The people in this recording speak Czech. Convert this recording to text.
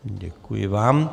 Děkuji vám.